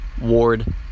Ward